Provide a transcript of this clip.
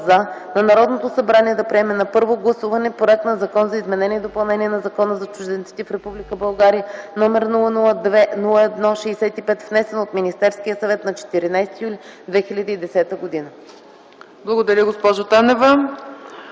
Благодаря, госпожо Манолова.